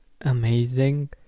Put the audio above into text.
amazing